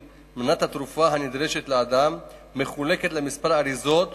מנת התרופה הנדרשת לאדם מחולקת לכמה אריזות